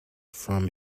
from